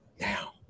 now